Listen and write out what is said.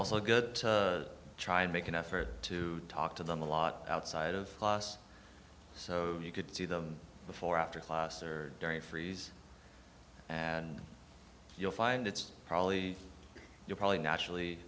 also good to try and make an effort to talk to them a lot outside of class so you could see them before or after class or during freeze you'll find it's probably you probably naturally